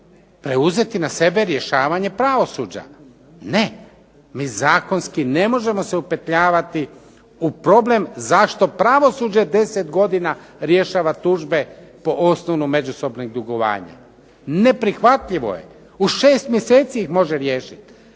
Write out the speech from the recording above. preuzeti na sebe rješavanje pravosuđa? Ne. Mi zakonski ne možemo se upetljavati u problem zašto pravosuđe 10 godina dešava tužbe po osnovi međusobnog dugovanja. Neprihvatljivo je. U 6 mjeseci ih može riješiti.